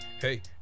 hey